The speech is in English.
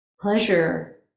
pleasure